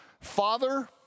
Father